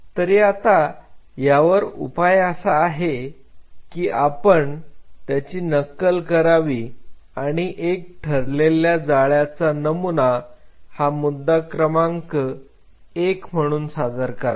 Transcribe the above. तरी आता यावर उपाय असा आहे की आपण पण त्याची नक्कल करावी आणि एक ठरलेल्या जाळ्याचा नमुना हा मुद्दा क्रमांक एक म्हणून सादर करावा